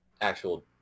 actual